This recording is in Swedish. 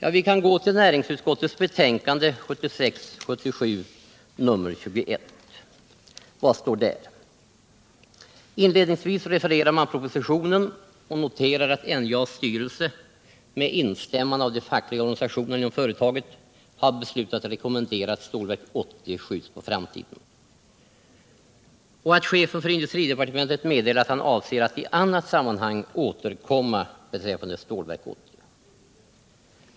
Låt oss gå till näringsutskottets betänkande 1976/77:21. Vad står där? Inledningsvis refererar man propositionen och noterar att NJA:s styrelse — med instämmande av de fackliga organisationerna inom företaget — har beslutat rekommendera att Stålverk 80 skjuts på framtiden och att chefen för industridepartementet meddelar att han avser att i annat sammanhang återkomma beträffande Stålverk 80.